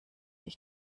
ich